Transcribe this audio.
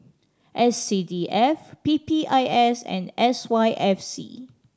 S C D F P P I S and S Y F C